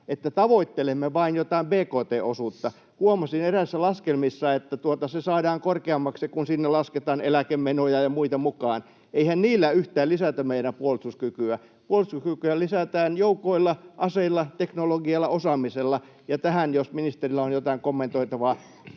että tavoittelemme vain jotain bkt-osuutta. Huomasin eräissä laskelmissa, että se saadaan korkeammaksi, kun sinne lasketaan eläkemenoja ja muita mukaan. Eihän niillä yhtään lisätä meidän puolustuskykyä. Puolustuskykyä lisätään joukoilla, aseilla, teknologialla ja osaamisella. Tähän jos ministerillä olisi jotain kommentoitavaa.